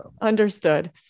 Understood